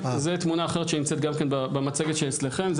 זו תמונה אחרת שנמצאת גם כן במצגת שאצלכם,